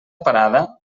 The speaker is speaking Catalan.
parada